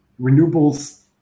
renewables